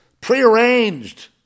prearranged